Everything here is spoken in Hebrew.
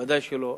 ודאי שלא.